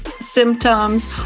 symptoms